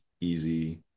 easy